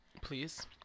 Please